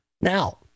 Now